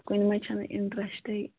کُنہِ مَنٛز چھُنہٕ اِنٹرسٹےَ